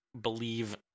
believe